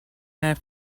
have